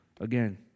again